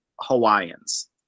Hawaiians